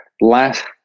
last